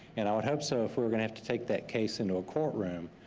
and i would hope so if we were gonna have to take that case into a courtroom.